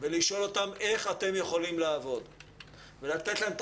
ולשאול אותם איך אתם יכולים לעבוד ולתת להם את